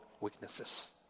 weaknesses